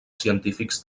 científics